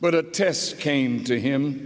but a test came to him